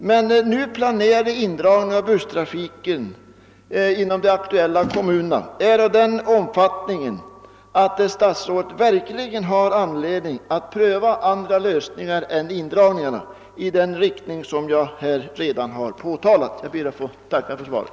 Den nu planerade indragningen av busstrafiken inom de aktuella kommunerna har emellertid sådan omfattning, att statsrådet verkligen har anledning att före indragningar pröva andra lösningar i den riktning som jag här har antytt. Jag ber att få tacka för svaret.